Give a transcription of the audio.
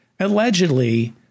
allegedly